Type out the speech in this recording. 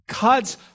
God's